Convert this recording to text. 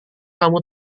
kamu